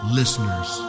listeners